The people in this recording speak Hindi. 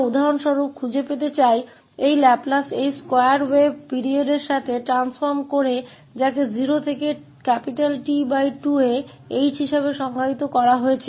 उदाहरण के लिए हम इस वर्ग तरंग के इस लाप्लास परिवर्तन को इस अवधि T के साथ खोजना चाहते हैं जिसे 0 से T2 में h के रूप में परिभाषित किया गया है